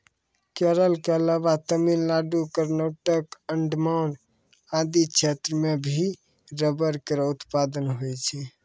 केरल क अलावा तमिलनाडु, कर्नाटक, अंडमान आदि क्षेत्रो म भी रबड़ केरो उत्पादन होय छै